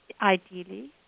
ideally